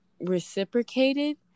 reciprocated